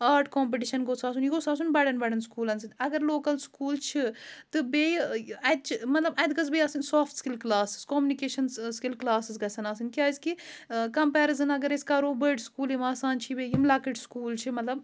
آٹ competition گوٚژھ آسُن یہِ گوٚژھ آسُن بَڑٮ۪ن بَڑٮ۪ن سکوٗلَن سۭتۍ اگر لوکَل سکوٗل چھِ تہٕ بیٚیہِ یہِ اَتہِ چھِ مطلب اَتہِ گٔژھ بیٚیہِ آسٕنۍ soft skill classes communication skill classes گژھن آسٕنۍ کیٛازِکہِ کَمپیرِزٕن اگر أسۍ کَرو بٔڑۍ سکوٗل یِم آسان چھِ بیٚیہِ یِم لۄکٕٹۍ سکوٗل چھِ مطلب